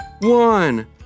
one